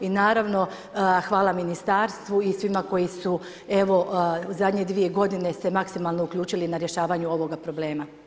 I naravno hvala ministarstvu i svima koji su u zadnje dvije godine se maksimalno uključili na rješavanju ovoga problema.